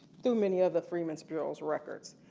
through many other freedmen's bureau records.